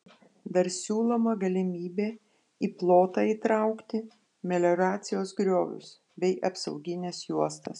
dar siūloma galimybė į plotą įtraukti melioracijos griovius bei apsaugines juostas